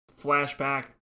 flashback